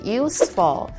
useful